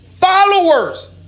followers